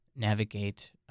navigate